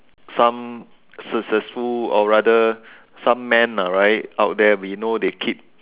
some successful or rather some men ah h right out there we know they keep